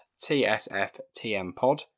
TSFTMPod